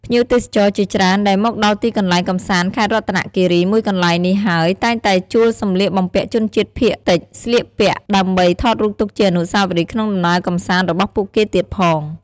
ភ្ញៀវទេសចរជាច្រើនដែលមកដល់ទីកន្លែងកម្សាន្តខេត្តរតនៈគិរីមួយកន្លែងនេះហើយតែងតែជួលសម្លៀកបំពាក់ជនជាតិភាគតិចស្លៀកពាក់ដើម្បី ថតរូបទុកជាអនុស្សាវរីយ៍ក្នុងដំណើរកម្សាន្តរបស់ពួកគេទៀតផង។